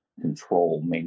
control